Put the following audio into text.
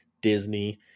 Disney